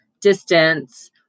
distance